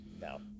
No